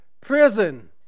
Prison